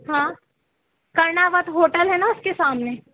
हाँ कर्णावत होटल है न उसके सामने